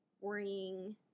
worrying